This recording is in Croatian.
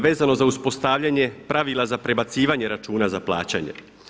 Vezano za uspotavljanje pravila za prebacivanje računa za plaćanje.